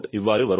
8 kJ